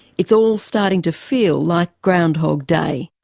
it's all starting to feel like groundhog day.